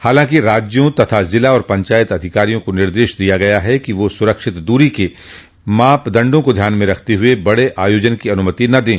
हालांकि राज्यों जिला और पंचायत अधिकारियों को निर्देश दिया गया है कि वे सुरक्षित दूरी के मानदंडों को ध्यान में रखते हुए बड़े आयोजन की अनुमति न दें